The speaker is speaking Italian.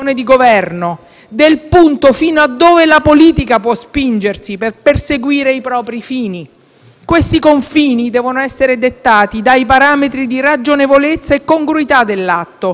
Questi confini devono essere dettati dai parametri di ragionevolezza e congruità dell'atto e dalla reale difesa della sicurezza nazionale; elementi tutti mancanti